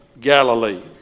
Galilee